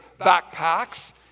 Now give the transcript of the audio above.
backpacks